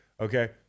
Okay